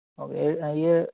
okay